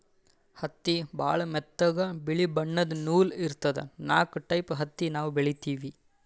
ಹತ್ತಿ ಭಾಳ್ ಮೆತ್ತಗ ಬಿಳಿ ಬಣ್ಣದ್ ನೂಲ್ ಇರ್ತದ ನಾಕ್ ಟೈಪ್ ಹತ್ತಿ ನಾವ್ ಬೆಳಿತೀವಿ